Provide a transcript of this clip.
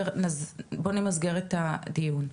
בואו נמסגר את הדיון,